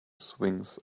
swings